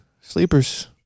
sleepers